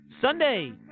Sunday